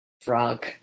Frog